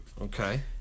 Okay